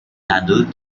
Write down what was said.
handled